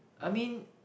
I mean